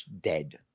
dead